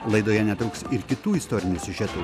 laidoje netrūks ir kitų istorinių siužetų